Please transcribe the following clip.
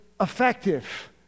effective